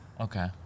okay